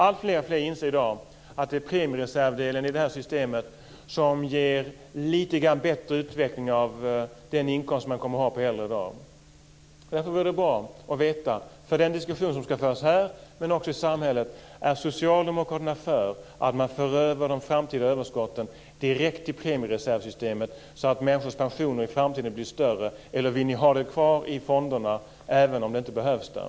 Alltfler inser i dag att premiereservdelen i det här systemet kommer att ge en lite grann bättre utveckling av den inkomst som man kommer att ha på äldre dagar. Det är därför bra att veta för den diskussion som ska föras här men också ute i samhället om socialdemokraterna är för att man för över de framtida överskotten direkt till premiereservssystemet, så att människors pensioner i framtiden blir större, eller om de vill ha dem kvar i fonderna även om de inte behövs där.